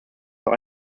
auch